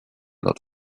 lot